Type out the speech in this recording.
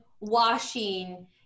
washing